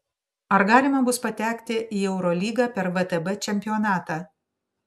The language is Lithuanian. ar galima bus patekti į eurolygą per vtb čempionatą